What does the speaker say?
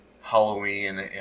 Halloween